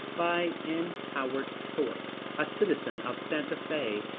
by n. howard thorp, a citizen of santa fe,